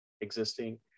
existing